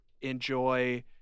enjoy